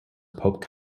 pope